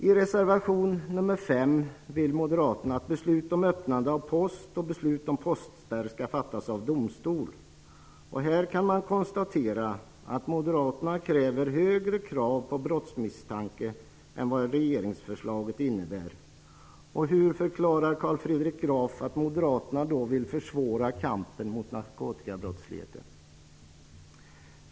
I reservation nr 5 vill moderaterna att beslut om öppnandet av post och beslut om postspärr skall fattas av domstol. Här kan man konstatera att moderaterna kräver högre krav på brottsmisstanke än vad regeringsförslaget innebär. Hur förklarar Carl Fredrik Graf att moderaterna vill försvåra kampen mot narkotikabrottsligheten?